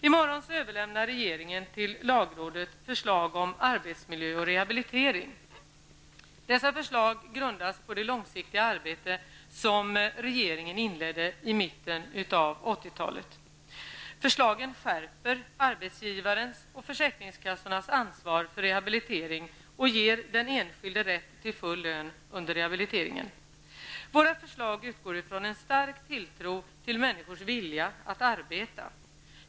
I morgon överlämnar regeringen till lagrådet förslag om arbetsmiljö och rehabilitering. Dessa förslag grundas på det långsiktiga arbete som regeringen inledde i mitten av 80-talet. Förslagen skärper arbetsgivarens och försäkringskassornas ansvar för rehabilitering och ger den enskilde rätt till full lön under rehabiliteringen. Våra förslag utgår från en stark tilltro till människors vilja att arbeta.